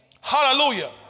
Hallelujah